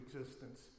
existence